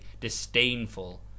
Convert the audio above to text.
disdainful